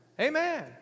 Amen